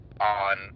on